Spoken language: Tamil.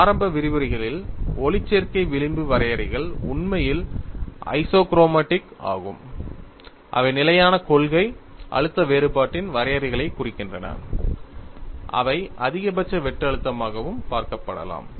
ஆரம்ப விரிவுரையில் ஒளிச்சேர்க்கை விளிம்பு வரையறைகள் உண்மையில் ஐசோக்ரோமாடிக்ஸ் ஆகும் அவை நிலையான கொள்கை அழுத்த வேறுபாட்டின் வரையறைகளை குறிக்கின்றன அவை அதிகபட்ச வெட்டு அழுத்தமாகவும் பார்க்கப்படலாம்